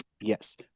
Yes